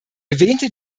erwähnte